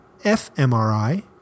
fMRI